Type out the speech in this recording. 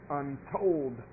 untold